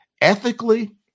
ethically